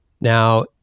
Now